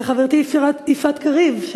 ולחברתי יפעת קריב,